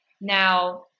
Now